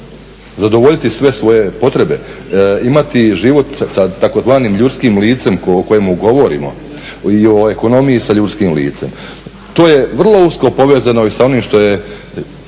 Zadovoljiti sve svoje potrebe, imati život sa tzv. ljudskim licem o kojemu govorimo i o ekonomiji sa ljudskim licem. To je vrlo usko povezano i sa onim što je